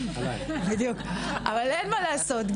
אבל אין מה לעשות,